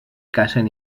cacen